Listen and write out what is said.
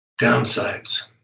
Downsides